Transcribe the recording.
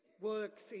works